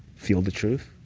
feel the truth.